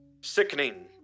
Sickening